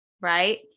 Right